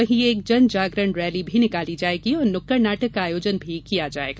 वहीं एक जनजागरण रैली भी निकाली जायेगी और नुक्कड़ नाटक का आयोजन भी किया जायेगा